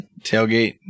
tailgate